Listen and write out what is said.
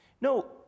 No